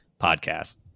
Podcast